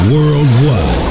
Worldwide